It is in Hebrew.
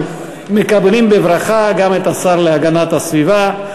אנחנו מקבלים בברכה גם את השר להגנת הסביבה,